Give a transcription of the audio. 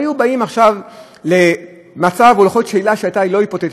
היו באים עכשיו למצב או לכל שאלה שהיא לא היפותטית,